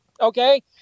Okay